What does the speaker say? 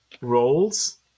roles